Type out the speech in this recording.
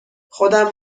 خودم